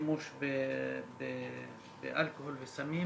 ושימוש באלכוהול וסמים,